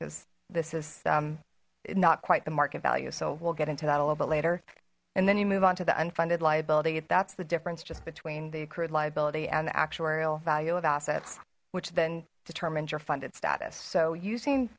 because this is um not quite the market value so we'll get into that a little bit later and then you move on to the unfunded liability if that's the difference just between the accrued liability and actuarial value of assets which then determines your funded status so using